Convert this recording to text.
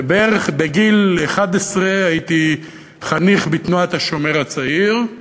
ובערך בגיל 11 הייתי חניך בתנועת "השומר הצעיר".